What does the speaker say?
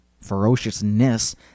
ferociousness